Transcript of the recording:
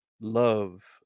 love